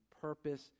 purpose